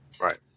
Right